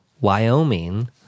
Wyoming